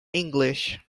english